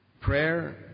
Prayer